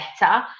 better